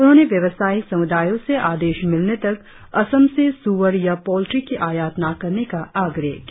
उन्होंने व्यवासायिक समुदायों से आदेश मिलने तक असम से सुअर या पॉल्ट्री की आयात न करने का आग्रह किया